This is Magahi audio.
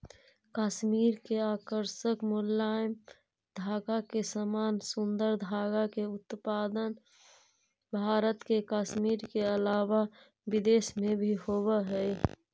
कश्मीर के आकर्षक मुलायम धागा के समान सुन्दर धागा के उत्पादन भारत के कश्मीर के अलावा विदेश में भी होवऽ हई